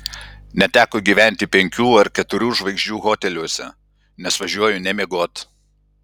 neteko gyventi penkių ar keturių žvaigždžių hoteliuose nes važiuoju ne miegot